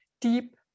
deep